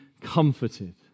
comforted